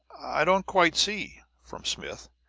i don't quite see, from smith,